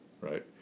Right